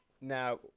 Now